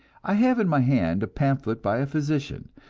i have in my hand a pamphlet by a physician,